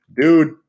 Dude